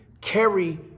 carry